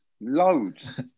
Loads